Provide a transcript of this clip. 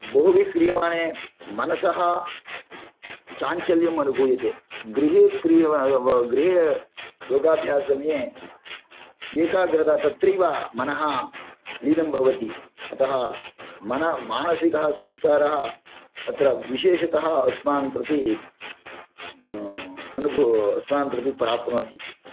बहुभिः क्रियमाणे मनसः चाञ्चल्यम् अनुभूयते गृहे क्रिय गृहे योगाभ्यासम्ये एकाग्रता तत्रैव मनः भवति अतः मन मानसिकसंस्कारः अत्र विशेषतः अस्मान् प्रति अस्मान् प्रति प्राप्नोति